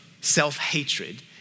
self-hatred